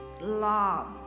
love